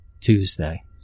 Tuesday